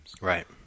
Right